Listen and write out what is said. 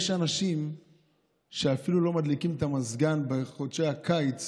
יש אנשים שאפילו לא מדליקים את המזגן בחודשי הקיץ